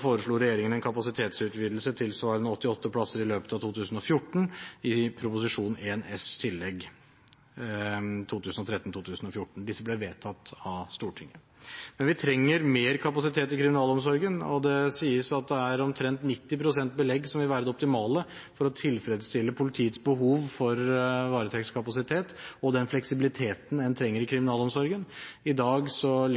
foreslo regjeringen en kapasitetsutvidelse tilsvarende 88 plasser i løpet av 2014 i Prop. 1 S Tillegg 1 for 2013–2014. Disse ble vedtatt av Stortinget. Men vi trenger mer kapasitet i kriminalomsorgen, og det sies at det er omtrent 90 pst. belegg som vil være det optimale for å tilfredsstille politiets behov for varetektskapasitet og den fleksibiliteten en trenger i kriminalomsorgen. I dag